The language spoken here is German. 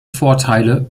vorteile